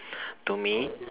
to me